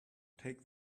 take